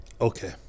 Okay